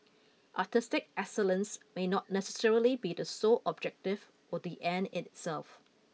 artistic excellence may not necessarily be the sole objective or the end in itself